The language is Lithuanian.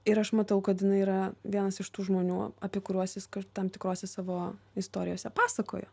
ir aš matau kad jinai yra vienas iš tų žmonių apie kuriuos jis tam tikrose savo istorijose pasakoja